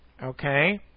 Okay